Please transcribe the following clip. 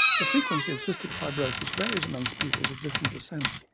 the frequency of cystic fibrosis varies among peoples of different descent.